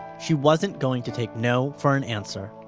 she wasn't going to take no for an answer.